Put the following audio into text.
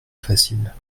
facile